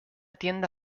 tienda